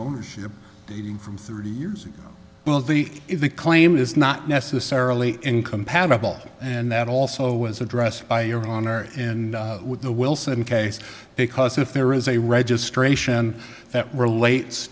ownership dating from thirty years ago well the if the claim is not necessarily incompatible and that also was addressed by your honor in the wilson case because if there is a registration that relates